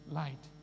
light